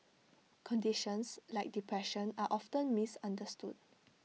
conditions like depression are often misunderstood